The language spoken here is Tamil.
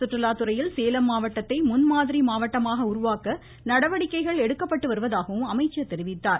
சுற்றுலாத்துறையில் சேலம் மாவட்டத்தை முன்மாதிரி மாவட்டமாக உருவாக்க நடவடிக்கைகள் எடுக்கப்பட்டு வருவதாகவும் அமைச்சர் தெரிவித்தார்